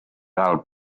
out